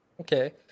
Okay